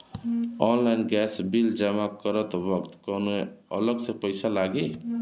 Online gas bill जमा करत वक्त कौने अलग से पईसा लागी?